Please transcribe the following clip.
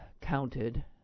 counted